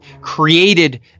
created